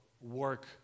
work